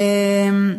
תודה.